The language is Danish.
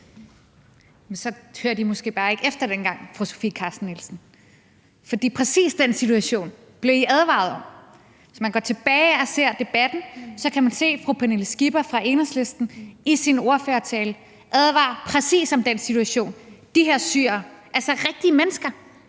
Men så hørte I måske bare ikke efter dengang, fru Sofie Carsten Nielsen. For præcis den situation blev I advaret om. Hvis man går tilbage og ser på debatten, kan man se fru Pernille Skipper fra Enhedslisten i sin ordførertale advare præcis om den situation, som de her syrere, altså rigtige mennesker,